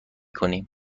کنیم